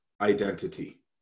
identity